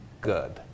good